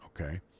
okay